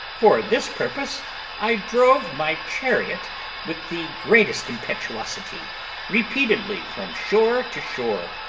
for this purpose i drove my chariot with the greatest impetuosity repeatedly from shore to shore,